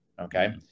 Okay